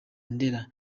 ndera